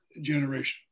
generation